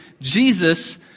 Jesus